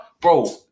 bro